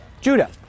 Judah